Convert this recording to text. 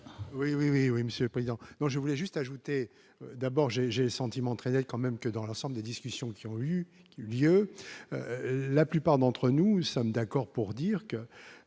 oui, oui, oui Monsieur le Président, moi je voulais juste ajouter d'abord j'ai j'ai des sentiments très quand même que dans l'ensemble des discussions qui ont eu lieu la plupart d'entre nous sommes d'accord pour dire que